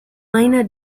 minor